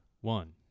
one